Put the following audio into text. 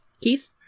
Keith